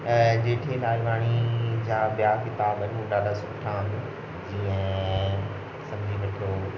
ऐं जेठे लालवाणी जा ॿिया किताब आहिनि उहे ॾाढा सुठा आहिनि जीअं संघी विद्रोह